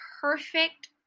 perfect